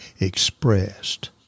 expressed